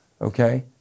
okay